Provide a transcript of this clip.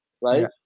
right